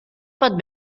pot